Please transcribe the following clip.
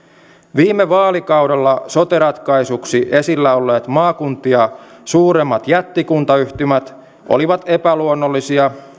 viime vaalikaudella sote ratkaisuksi esillä olleet maakuntia suuremmat jättikuntayhtymät olivat epäluonnollisia